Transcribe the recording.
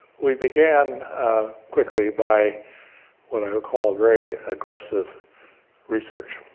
we began quickly by what i would call very aggressive research.